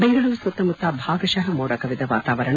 ಬೆಂಗಳೂರು ಸುತ್ತಮುತ್ತ ಭಾಗಶಃ ಮೋಡಕವಿದ ವಾತಾವರಣ